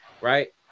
right